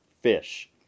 fish